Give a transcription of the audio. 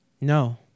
No